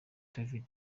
david